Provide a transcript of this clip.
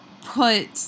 put